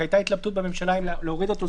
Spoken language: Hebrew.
כי הייתה התלבטות בממשלה אם להוריד אותו.